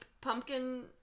pumpkin